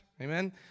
amen